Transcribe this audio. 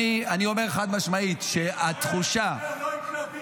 אני אומר חד-משמעית שהתחושה --- לא יקרה.